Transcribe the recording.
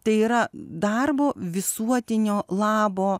tai yra darbo visuotinio labo